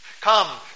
Come